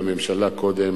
והממשלה קודם